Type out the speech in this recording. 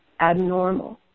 abnormal